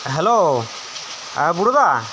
hello ᱵᱩᱲᱟ ᱫᱟ